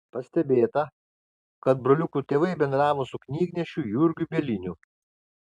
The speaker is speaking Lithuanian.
pastebėta kad broliukų tėvai bendravo su knygnešiu jurgiu bieliniu